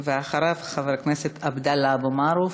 אחריו, חבר הכנסת עבדאללה אבו מערוף.